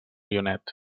guionet